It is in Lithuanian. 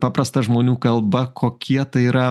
paprasta žmonių kalba kokie tai yra